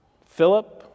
Philip